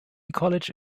college